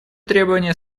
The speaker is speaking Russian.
требование